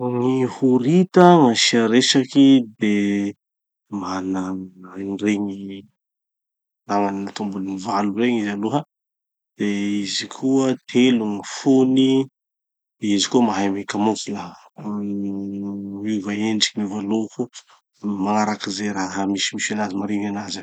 No gny horita gn'asia resaky de mana any regny tombony valo regny izy aloha. De izy koa, telo gny fony. De izy koa mahay mikamofla amy gny, miova endriky miova loko, magnaraky ze raha misimisy anazy mariny anazy agny.